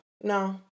No